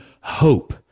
hope